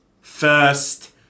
first